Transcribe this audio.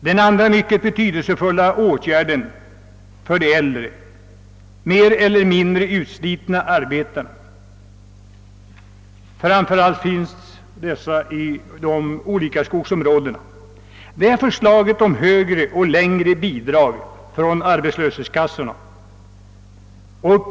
Den andra mycket betydelsefulla åtgärden för de äldre, mer eller mindre utslitna arbetarna, vilka framför allt finns i de olika skogsområdena, är högre och långvarigare bidrag från arbetslöshetskassorna.